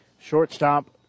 Shortstop